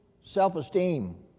self-esteem